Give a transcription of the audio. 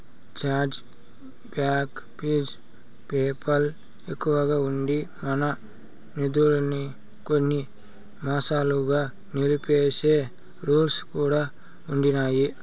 charge back fee PayPal ఎక్కువగా ఉండి, మన నిదుల్మి కొన్ని మాసాలుగా నిలిపేసే రూల్స్ కూడా ఉండిన్నాయి